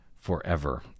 forever